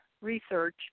research